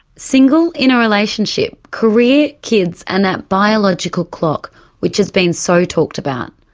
single, in a relationship, career, kids and that biological clock which has been so talked about,